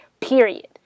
period